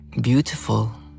beautiful